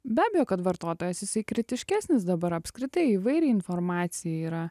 be abejo kad vartotojas jisai kritiškesnis dabar apskritai įvairiai informacijai yra